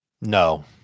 No